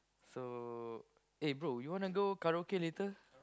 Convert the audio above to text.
so eh bro you wanna go karaoke later